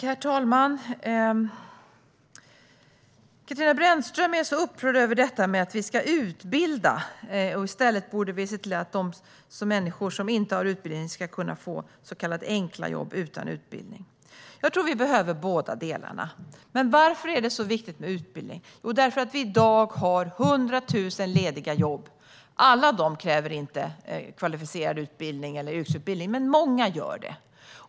Herr talman! Katarina Brännström är så upprörd över detta att vi ska utbilda och tycker att vi i stället borde se till att de människor som inte har utbildning ska kunna få så kallade enkla jobb utan utbildning. Jag tror att vi behöver båda delarna. Varför är det då så viktigt med utbildning? Jo, därför att vi i dag har 100 000 lediga jobb. Alla dessa kräver inte kvalificerad utbildning eller yrkesutbildning, men många gör det.